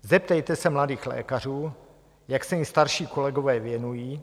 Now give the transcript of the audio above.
Zeptejte se mladých lékařů, jak se jim starší kolegové věnují.